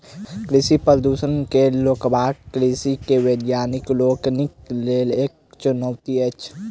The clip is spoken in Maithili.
कृषि प्रदूषण के रोकब कृषि वैज्ञानिक लोकनिक लेल एक चुनौती अछि